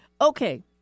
okay